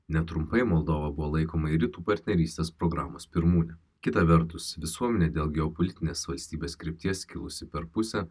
netrumpai moldova buvo laikoma rytų partnerystės programos pirmūne kita vertus visuomenė dėl geopolitinės valstybės krypties skilusi per pusę